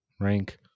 Rank